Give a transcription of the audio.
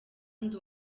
ndi